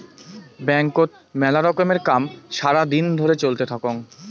ব্যাংকত মেলা রকমের কাম সারা দিন ধরে চলতে থাকঙ